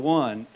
one